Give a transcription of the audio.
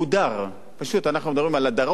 אנחנו מדברים על הדרות בתקופה האחרונה,